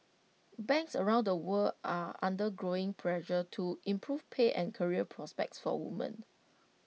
banks around the world are under growing pressure to improve pay and career prospects for women